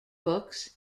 books